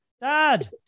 Dad